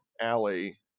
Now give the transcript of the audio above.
alley